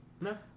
No